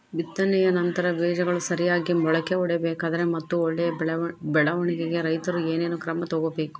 ಬಿತ್ತನೆಯ ನಂತರ ಬೇಜಗಳು ಸರಿಯಾಗಿ ಮೊಳಕೆ ಒಡಿಬೇಕಾದರೆ ಮತ್ತು ಒಳ್ಳೆಯ ಬೆಳವಣಿಗೆಗೆ ರೈತರು ಏನೇನು ಕ್ರಮ ತಗೋಬೇಕು?